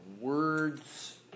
words